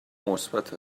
مثبت